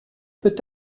peut